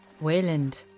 Wayland